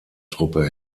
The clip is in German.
truppe